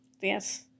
Yes